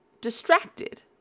distracted